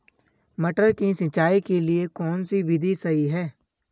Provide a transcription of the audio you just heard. मटर की सिंचाई के लिए कौन सी विधि सही है?